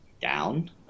down